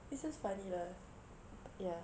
it's just funny lah ya